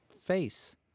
face